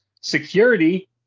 Security